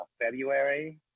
February